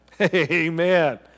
Amen